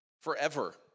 forever